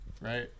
right